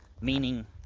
Meaning